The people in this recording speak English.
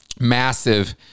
massive